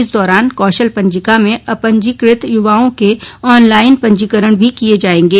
इस दौरान कौशल पंजिका में अपंजीकृत युवाओं के ऑनलाईन पंजीकरण भी किये जाएंगे